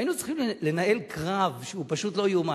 שהיינו צריכים לנהל קרב שהוא פשוט לא ייאמן.